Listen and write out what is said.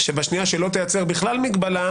שבשנייה שלא תייצר בכלל מגבלה,